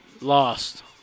lost